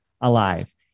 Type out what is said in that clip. alive